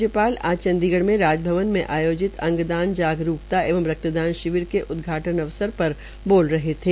राज्यपाल आज चंडीगढ़ में राजभवन में आयोजित अंगदान जागरूकता एंव रक्तदान शिविर का उदघाटन कर अवसर पर बोल रहे थे